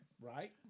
Right